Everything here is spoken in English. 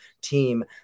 team